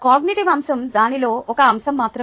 cognitive అంశం దానిలోని ఒక అంశం మాత్రమే